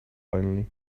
finally